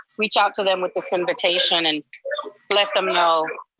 reach out to them with this invitation and let them know.